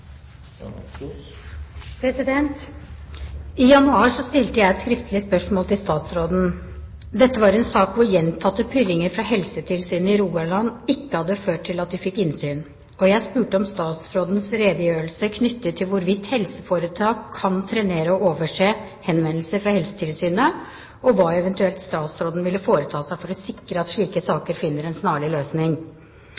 I januar stilte jeg et skriftlig spørsmål til statsråden. Dette var en sak hvor Helsetilsynet i Rogaland etter gjentatte purringer ikke hadde fått innsyn. Jeg spurte om statsrådens redegjørelse knyttet til hvorvidt helseforetak kan trenere og overse henvendelser fra Helsetilsynet, og hva eventuelt statsråden ville foreta seg for sikre at slike